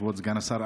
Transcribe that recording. כבוד סגן השר,